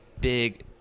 big